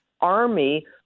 army